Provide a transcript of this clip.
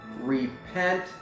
repent